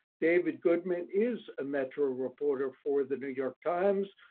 david goodman is a metro reporter for the new york times.